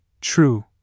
true